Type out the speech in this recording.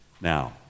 Now